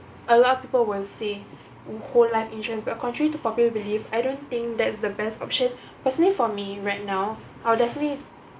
a lot of people will say whole life insurance but contrary to popular belief I don't think that's the best option personally for me right now I'll definitely